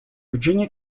virginia